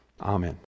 Amen